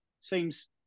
Seems